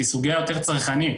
היא סוגיה יותר צרכנית.